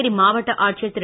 புதுச்சேரி மாவட்ட ஆட்சியர் திரு